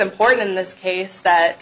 important in this case that